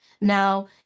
Now